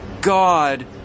God